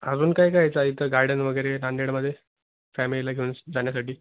अजून काय कायायचा इथं गार्डन वगैरे नांदेडमध्ये फॅमिलीला घेऊन स् जाण्यासाठी